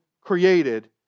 created